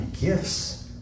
gifts